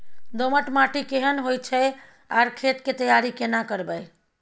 दोमट माटी केहन होय छै आर खेत के तैयारी केना करबै?